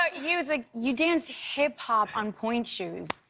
ah you like you danced hip hop on point shoes,